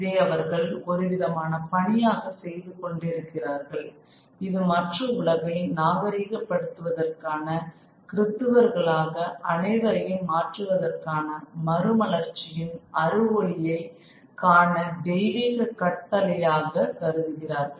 இதை அவர்கள் ஒரு விதமான பணியாக செய்து கொண்டிருக்கிறார்கள் இது மற்ற உலகை நாகரீக படுத்துவதற்கான கிருத்துவர்களாக அனைவரையும் மாற்றுவதற்கான மறுமலர்ச்சியின் அறிவொளியை காண தெய்வீக கட்டளையாக கருதுகிறார்கள்